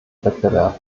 wettbewerb